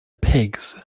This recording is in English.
pigs